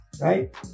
right